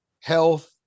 health